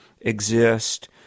exist